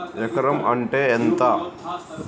ఎకరం అంటే ఎంత?